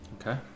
Okay